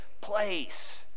place